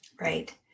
Right